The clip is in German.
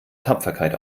tapferkeit